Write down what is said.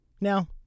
Now